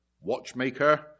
watchmaker